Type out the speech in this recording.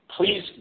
Please